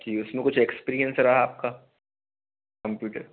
जी उसमें कुछ एक्सपीरियंस रहा आपका कंप्यूटर